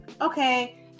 Okay